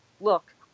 look